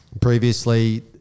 previously